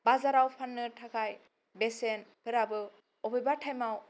बाजाराव फाननो थाखाय बेसेन फोराबो अबेबा टाइमाव